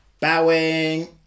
bowing